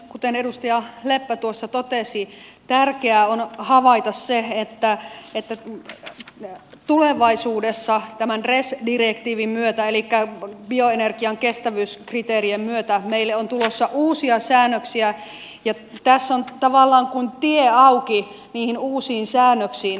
kuten edustaja leppä totesi tärkeää on havaita se että tulevaisuudessa tämän res direktiivin myötä elikkä bioenergian kestävyyskriteerien myötä meille on tulossa uusia säännöksiä ja tässä on tavallaan kuin tie auki niihin uusiin säännöksiin